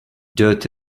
dirt